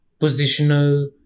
positional